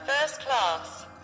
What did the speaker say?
first-class